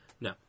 no